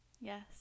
yes